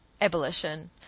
abolition